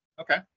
Okay